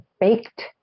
baked